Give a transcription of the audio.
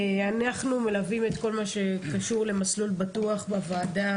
אנחנו מלווים את כל מה שקשור למסלול בטוח בוועדה.